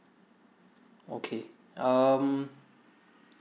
okay um